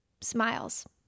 Smiles